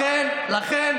לכן,